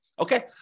okay